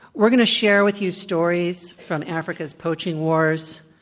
we're going to share with you stories from africa's poaching wars.